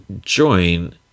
join